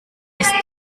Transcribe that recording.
ist